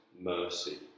mercy